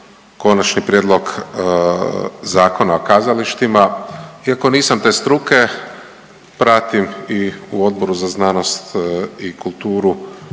Konačni prijedlog Zakona o kazalištima. Iako nisam te struke, pratim i u Odboru za znanost i kulturu